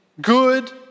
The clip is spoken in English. good